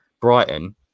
Brighton